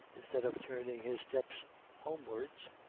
instead of turning his steps homewards,